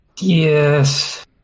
Yes